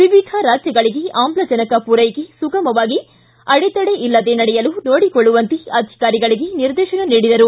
ವಿವಿಧ ರಾಜ್ಯಗಳಿಗೆ ಆಮ್ಲಜನಕ ಪೂರೈಕೆ ಸುಮಗವಾಗಿ ಅಡೆತಡೆ ಇಲ್ಲದೇ ನಡೆಯಲು ನೋಡಿಕೊಳ್ಳುವಂತೆ ಅಧಿಕಾರಿಗಳಿಗೆ ನಿರ್ದೇತನ ನೀಡಿದರು